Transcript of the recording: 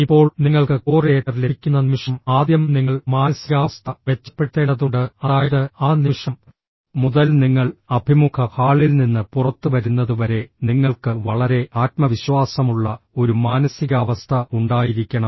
ഇപ്പോൾ നിങ്ങൾക്ക് കോറിലേറ്റർ ലഭിക്കുന്ന നിമിഷം ആദ്യം നിങ്ങൾ മാനസികാവസ്ഥ മെച്ചപ്പെടുത്തേണ്ടതുണ്ട് അതായത് ആ നിമിഷം മുതൽ നിങ്ങൾ അഭിമുഖ ഹാളിൽ നിന്ന് പുറത്തുവരുന്നതുവരെ നിങ്ങൾക്ക് വളരെ ആത്മവിശ്വാസമുള്ള ഒരു മാനസികാവസ്ഥ ഉണ്ടായിരിക്കണം